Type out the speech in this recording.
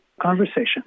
conversation